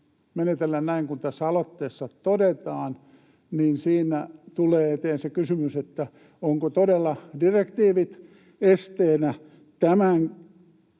menetellä näin kuin tässä aloitteessa todetaan — tulee eteen se kysymys, ovatko todella direktiivit esteenä tämän